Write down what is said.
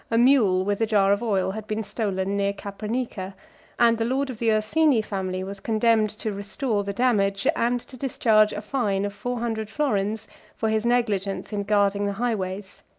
a mule, with a jar of oil, had been stolen near capranica and the lord of the ursini family was condemned to restore the damage, and to discharge a fine of four hundred florins for his negligence in guarding the highways.